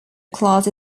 class